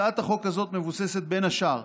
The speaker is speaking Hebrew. הצעת החוק הזאת מבוססת, בין השאר,